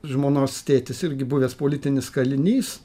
žmonos tėtis irgi buvęs politinis kalinys